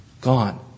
gone